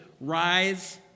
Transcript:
rise